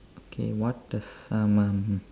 okay what does summon mean